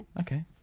Okay